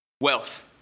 wealth